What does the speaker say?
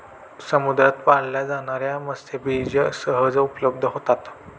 समुद्रात पाळल्या जाणार्या मत्स्यबीज सहज उपलब्ध होतात